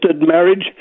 marriage